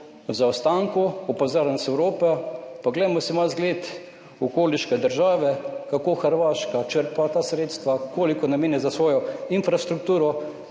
zaostanku. Opozarjam nas Evropa. Poglejmo si malo zgled okoliške države kako Hrvaška črpa ta sredstva, koliko namenja za svojo infrastrukturo,